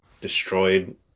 destroyed